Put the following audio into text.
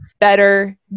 better